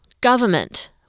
government